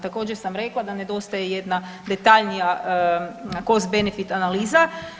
Također sam rekla da nedostaje jedna detaljnija cost benefit analiza.